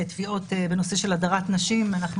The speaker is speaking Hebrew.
תביעות בנושא של הדרת נשים אנחנו